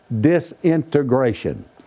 disintegration